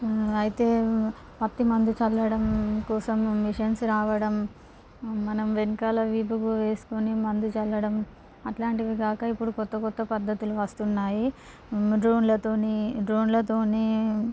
అయితే పత్తి మంది చల్లడం కోసం మిషన్స్ రావడం మనం వెనకాల వీపుకు వేసుకొని ముందు చల్లడం అట్లాంటివి గాక ఇప్పుడు కొత్త కొత్త పద్ధతులు వస్తున్నాయి డ్రోన్ల తోటి డ్రోన్ల తోటి